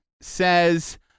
says